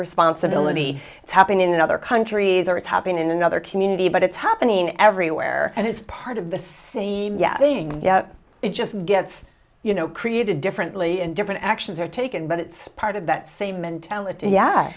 responsibility it's happening in other countries or it's happening in another community but it's happening everywhere and it's part of the same thing it just gets you know created differently and different actions are taken but it's part of that same mentality yeah